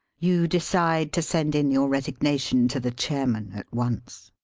you decide to send in your resignation to the chairman at once.